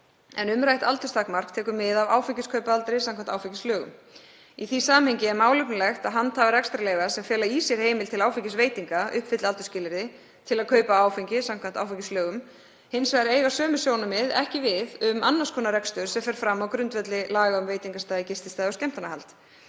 en umrætt aldurstakmark tekur mið af áfengiskaupaaldri samkvæmt áfengislögum. Í því samhengi er málefnalegt að handhafar rekstrarleyfa sem fela í sér heimild til áfengisveitinga uppfylli aldursskilyrði til að kaupa áfengi samkvæmt áfengislögum. Hins vegar eiga sömu sjónarmið ekki við um annars konar rekstur sem fer fram á grundvelli laga um veitingastaði, gististaði og skemmtanahald.